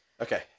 Okay